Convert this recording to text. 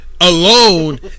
Alone